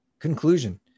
Conclusion